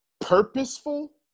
purposeful